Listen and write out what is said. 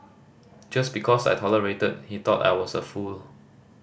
just because I tolerated he thought I was a fool